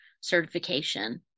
certification